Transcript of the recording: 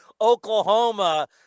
Oklahoma